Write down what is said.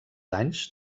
anys